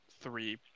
three